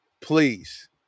please